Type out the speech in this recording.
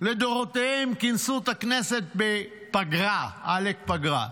לדורותיהן כינסו את הכנסת בפגרה, עלק פגרה.